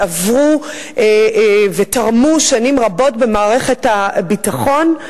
שעבדו ותרמו שנים רבות במערכת הביטחון.